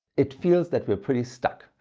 it feels that we're pretty stuck.